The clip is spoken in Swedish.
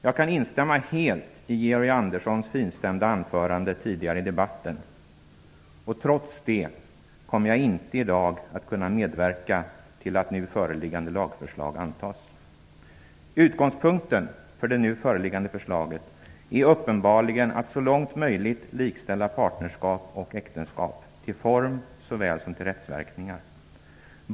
Jag kan instämma helt i Georg Anderssons finstämda anförande tidigare i debatten. Trots det kommer jag inte i dag att kunna medverka till att nu föreliggande lagförslag antas. Utgångspunkten för det nu föreliggande förslaget är uppenbarligen att så långt möjligt likställa partnerskap och äktenskap -- till form såväl som till rättsverkningar.